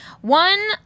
one